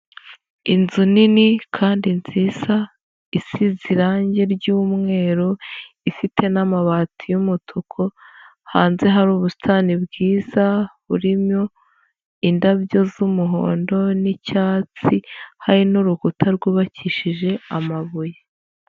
Inzu nini kandi nziza, isize irangi ry'umweru, ifite n'amabati y'umutuku, hanze hari ubusitani bwiza burimo indabyo z'umuhondo n'icyatsi, hari n'urukuta rwubakishije amabuye.